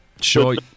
Sure